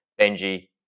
Benji